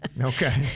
Okay